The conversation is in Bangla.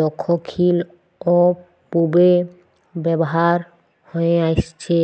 দখ্খিল অ পূবে ব্যাভার হঁয়ে আইসছে